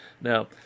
Now